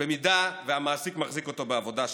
במקרה שהמעסיק מחזיק אותו בעבודה שנה.